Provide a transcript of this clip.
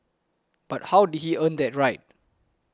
but how did he earn that right